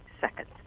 seconds